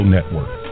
Network